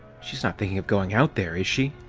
she's not thinking of going out there, is she?